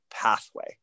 pathway